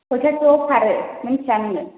खयथासोआव खारो मोन्थिया नोङो